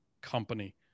company